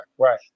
Right